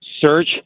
search